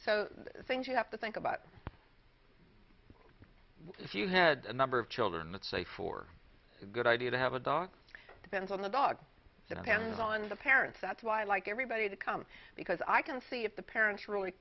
i think you have to think about if you had a number of children let's say for a good idea to have a dog depends on the dog depends on the parents that's why i like everybody to come because i can see if the parents really